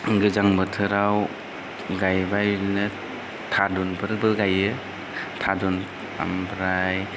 गोजां बोथोराव गायबाय बिदिनो थारुनफोरबो गायो थारुन ओमफ्राय